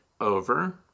over